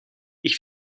ich